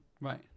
Right